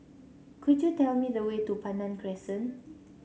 could you tell me the way to Pandan Crescent